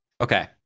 Okay